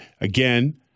again—